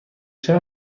شهر